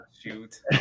shoot